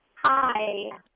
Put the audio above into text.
Hi